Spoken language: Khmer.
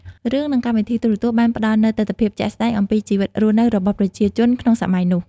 រឿង និងកម្មវិធីទូរទស្សន៍បានផ្តល់នូវទិដ្ឋភាពជាក់ស្តែងអំពីជីវិតរស់នៅរបស់ប្រជាជនក្នុងសម័យនោះ។